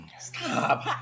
Stop